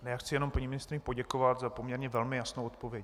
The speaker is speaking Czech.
Já chci jenom paní ministryni poděkovat za poměrně velmi jasnou odpověď.